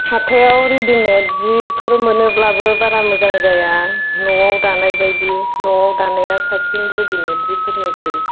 हाथायाव रेदिमेद जिफोर मोनोब्लाबो बारा मोजां जाया न'आव दानाय बायदि न'आव दानाया साबसिन रेदिमेद जिफोरनिख्रुय